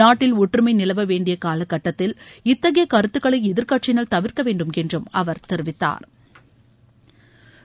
நாட்டில் ஒற்றுமை நிலவ வேண்டிய காலக்கட்டத்தில் இத்தகைய கருத்துக்களை எதிர்கட்சியினர் தவிர்க்க வேண்டும் என்றும் அவர் தெரிவித்தாா்